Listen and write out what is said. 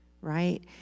right